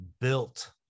built